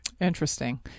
Interesting